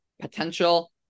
potential